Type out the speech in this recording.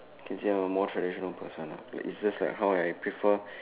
can see I am a more traditional person lah it's just like how I prefer